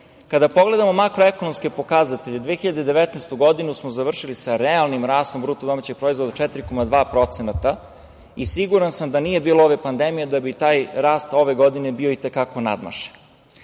pogledamo makroekonomske pokazatelje, 2019. godinu smo završili sa realnim rastom BDP od 4,2% i siguran sam da nije bilo ove pandemije da bi taj rast ove godine bio i te kako nadmašen.